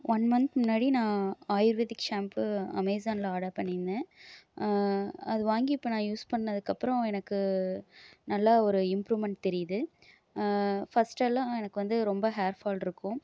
one மந்த்க்கு முன்னாடி நான் ஆயுர்வேதிக் ஷாம்பு அமேசான்ல ஆர்டர் பண்ணியிருந்தேன் அது வாங்கி இப்போ நான் யூஸ் பண்ணதுக்கப்புறம் எனக்கு நல்லா ஒரு இம்ப்ரூவ்மெண்ட் தெரியுது ஃபஸ்ட்டெல்லாம் எனக்கு வந்து ரொம்ப ஹேர் ஃபால்ருக்கும்